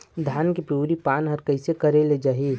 धान के पिवरी पान हर कइसे करेले जाही?